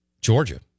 Georgia